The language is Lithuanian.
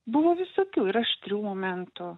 buvo visokių ir aštrių momentų